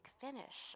Finish